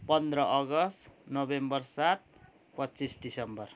पन्ध्र अगस्त नोभेम्बर सात पच्चिस दिसम्बर